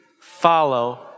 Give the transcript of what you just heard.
follow